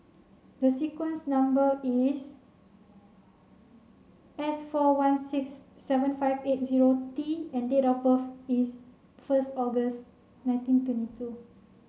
the sequence number is S four one six seven five eight zero T and date of birth is first August nineteen twenty two